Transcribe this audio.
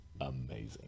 amazing